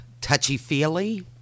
Touchy-feely